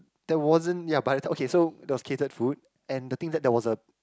there wasn't ya but at that time okay so there was catered food and the thing is that there was a